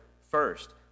first